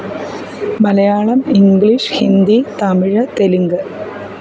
Malayalam English Hindi Tamil Telugu